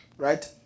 Right